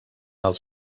els